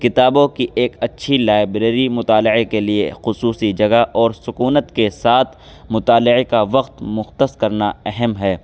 کتابوں کی ایک اچھی لائبریری مطالعے کے لیے خصوصی جگہ اور سکونت کے ساتھ مطالعے کا وقت مختص کرنا اہم ہے